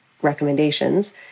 recommendations